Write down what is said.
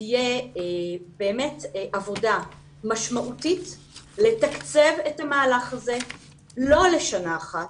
שתהיה באמת עבודה משמעותית לתקצב את המהלך הזה לא לשנה אחת,